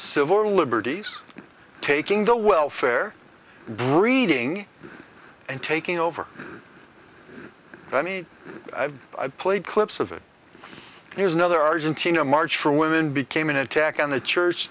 civil liberties taking the welfare breeding and taking over i mean i've played clips of it here's another argentina march for women became an attack on the church